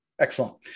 excellent